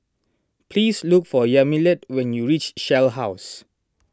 please look for Yamilet when you reach Shell House